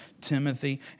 Timothy